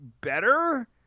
better